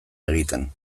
egiten